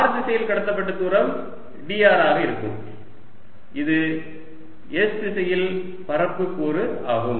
r திசையில் கடக்கப்பட்ட தூரம் dr ஆக இருக்கும் இது s திசையில் பரப்பு கூறு ஆகும்